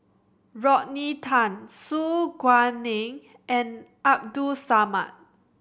Rodney Tan Su Guaning and Abdul Samad